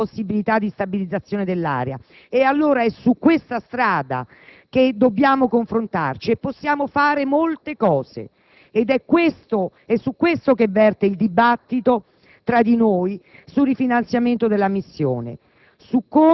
come unica possibilità di stabilizzazione dell'area ed è su questa strada che dobbiamo confrontarci e possiamo fare molte cose. È su questo che verte il dibattito tra di noi: sul rifinanziamento della missione,